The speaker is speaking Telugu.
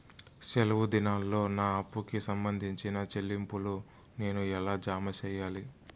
సెలవు దినాల్లో నా అప్పుకి సంబంధించిన చెల్లింపులు నేను ఎలా జామ సెయ్యాలి?